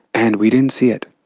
and we didn't see it.